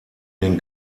den